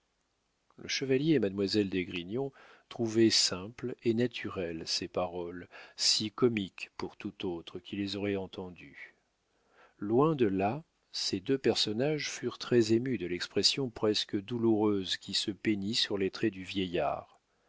le chevalier et mademoiselle d'esgrignon trouvaient simples et naturelles ces paroles si comiques pour tout autre qui les aurait entendues loin de là ces deux personnages furent très émus de l'expression presque douloureuse qui se peignit sur les traits du vieillard